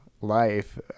life